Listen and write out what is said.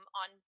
on